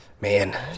man